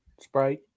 Sprite